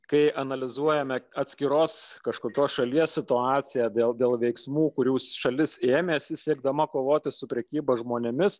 kai analizuojame atskiros kažkokios šalies situaciją dėl dėl veiksmų kurių šalis ėmėsi siekdama kovoti su prekyba žmonėmis